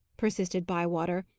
persisted bywater,